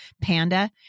Panda